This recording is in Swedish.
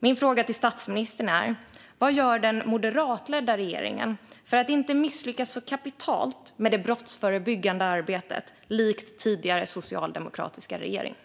Min fråga till statsministern är vad den moderatledda regeringen gör för att inte misslyckas så kapitalt med det brottsförebyggande arbetet som tidigare socialdemokratiska regeringar.